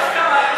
יש הסכמה?